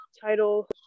title